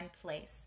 place